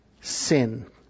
sin